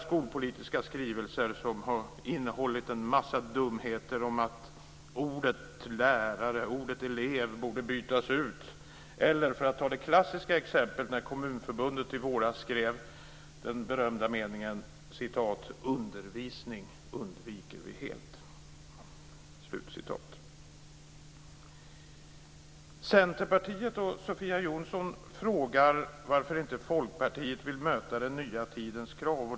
Skolpolitiska skrivelser har innehållit en massa dumheter, som att orden "lärare" och "elev" borde bytas ut. Det klassiska exemplet är när Kommunförbundet i våras skrev den berömda meningen "undervisning undviker vi helt". Folkpartiet inte vill möta den nya tidens krav.